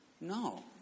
No